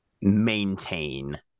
maintain